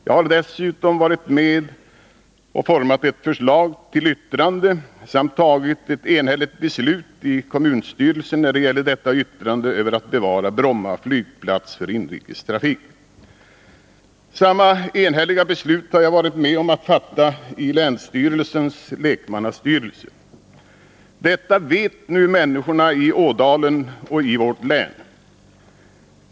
Jag har dessutom varit med och format ett förslag till yttrande samt tagit ett enhälligt beslut i kommunstyrelsen när det gäller dess yttrande över att bevara Bromma flygplats för inrikestrafik. Samma enhälliga beslut har jag varit med om att fatta i länsstyrelsens lekmannastyrelse. Detta vet nu människorna i Ådalen och i vårt län.